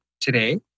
today